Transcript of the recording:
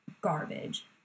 garbage